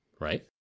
right